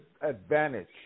advantage